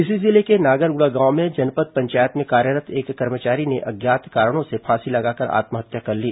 इसी जिले के नागरगुड़ा गांव में जनपद पंचायत में कार्यरत एक कर्मचारी ने अज्ञात कारणों से फांसी लगाकर आत्महत्या कर ली